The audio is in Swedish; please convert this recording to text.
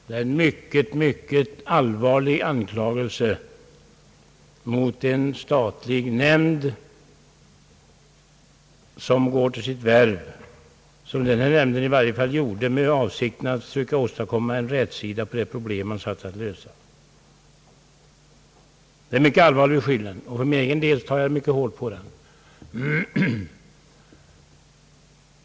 Det är en mycket allvarlig anklagelse mot en statlig nämnd som går till sitt värv — som den här nämnden i varje fall gjorde — i avsikt att försöka åstadkomma någon rätsida på det problem som den är satt att lösa. Det är en mycket allvarlig beskyllning, och för egen del tar jag mycket hårt på den.